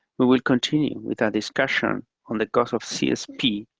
we will continue with our discussion on the costs of csp,